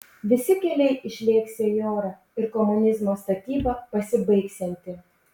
visi keliai išlėksią į orą ir komunizmo statyba pasibaigsianti